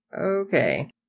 Okay